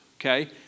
Okay